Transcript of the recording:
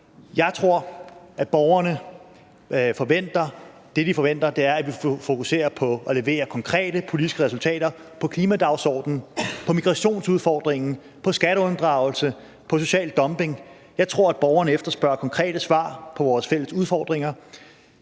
Jeg tror, at det, borgerne forventer, er, at vi fokuserer på og leverer konkrete politiske resultater på klimadagsordenen, på migrationsudfordringen, på skatteunddragelse, på social dumping, og jeg tror, at borgerne efterspørger konkrete svar på vores fælles udfordringer.